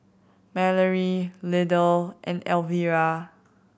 Mallory Lydell and Elvira